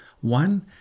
One